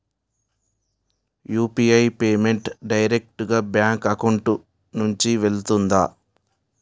UPI payment direct గా bank account నుంచి వెళ్తుందా?